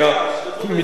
מתכוון.